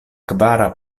kvara